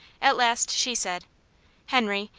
at last she said henry,